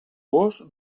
gos